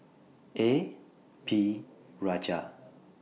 A P Rajah